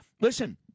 listen